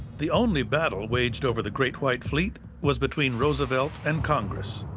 the only battle waged over the great white fleet was between roosevelt and congress.